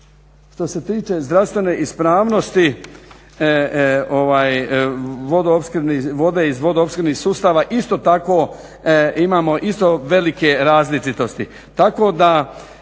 što se tiče zdravstvene ispravnosti vode iz vodoopskrbnih sustava isto tako imamo isto velike različitosti.